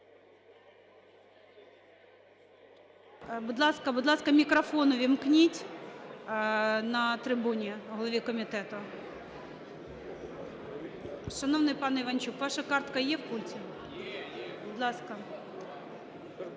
комітету. Будь ласка, мікрофон увімкніть на трибуні голові комітету. Шановний пане Іванчук, ваша картка є в пульті? Будь ласка.